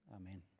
amen